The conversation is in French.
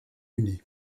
unies